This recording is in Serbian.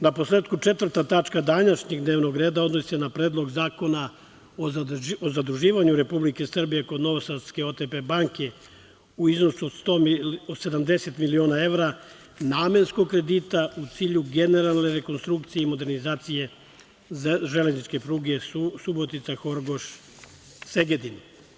Naposletku, četvrta tačka današnjeg dnevnog reda odnosi se na Predlog zakona o zaduživanju Republike Srbije kod novosadske OTP banke u iznosu od 170.000.000 evra namenskog kredita u cilju generalne rekonstrukcije i modernizacije železničke pruge Subotica-Horgoš-Segedin.